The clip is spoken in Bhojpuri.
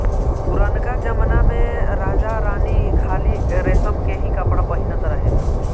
पुरनका जमना में राजा रानी खाली रेशम के ही कपड़ा पहिनत रहे